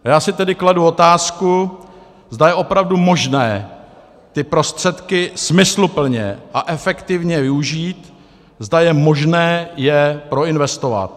A já si tedy kladu otázku, zda je opravdu možné ty prostředky smysluplně a efektivně využít, zda je možné je proinvestovat.